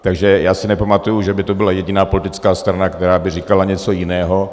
Takže já si nepamatuji, že by tu byla jediná politická strana, která by říkala něco jiného.